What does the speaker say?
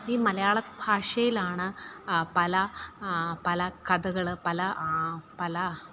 ഈ മലയാള ഭാഷയിലാണ് പല പല കഥകൾ പല പല